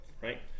right